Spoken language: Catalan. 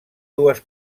dues